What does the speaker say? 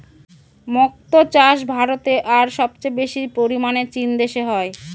মক্তো চাষ ভারতে আর সবচেয়ে বেশি পরিমানে চীন দেশে হয়